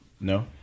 No